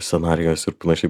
scenarijuos ir panašiai